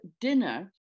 dinner